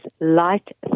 light